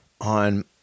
on